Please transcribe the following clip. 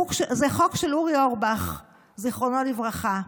הוא חוק של אורי אורבך, זיכרונו לברכה.